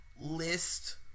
list